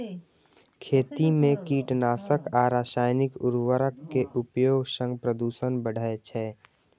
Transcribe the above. खेती मे कीटनाशक आ रासायनिक उर्वरक के उपयोग सं प्रदूषण बढ़ै छै